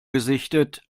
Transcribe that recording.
gesichtet